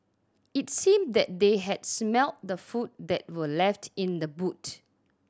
it seemed that they had smelt the food that were left in the boot